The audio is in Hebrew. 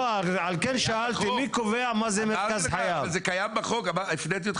לא לאפשר את זה לעתיד לבוא למישהו אחר להחליט משהו